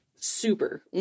super